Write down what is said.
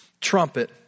trumpet